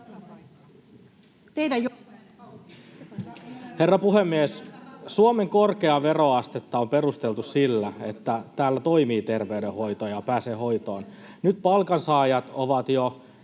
Herra puhemies! Suomen korkeaa veroastetta on perusteltu sillä, että täällä toimii terveydenhoito ja pääsee hoitoon. Nyt palkansaajat ovat jo